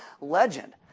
legend